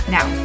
Now